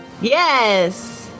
Yes